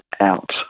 out